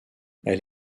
elle